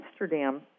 Amsterdam